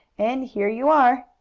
and here you are!